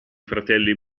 fratelli